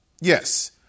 Yes